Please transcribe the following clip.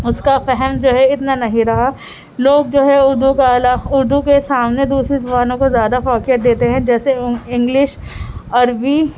اس کا فہم جو ہے اتنا نہیں رہا لوگ جو ہے اردو کے اعلیٰ اردو کے سامنے دوسری زبانوں کو زیادہ فوقیت دیتے ہیں جیسے انگلش عربی